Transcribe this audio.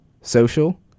social